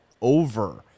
over